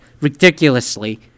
ridiculously